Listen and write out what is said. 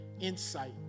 insight